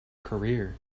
career